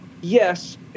yes